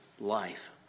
life